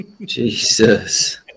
Jesus